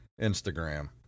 Instagram